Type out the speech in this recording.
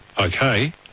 okay